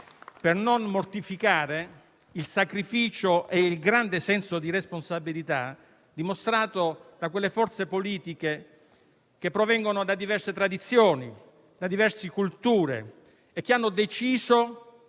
per non mortificare il sacrificio e il grande senso di responsabilità dimostrati da quelle forze politiche che, pur provenendo da diverse tradizioni e culture, hanno deciso,